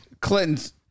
Clinton's